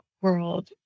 world